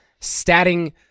statting